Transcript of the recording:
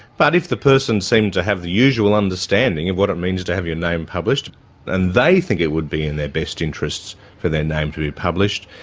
but if the person seemed to have the usual understanding of what it means to have your name published and they think it would be in their best interests for their name to be published,